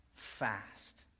fast